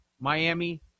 Miami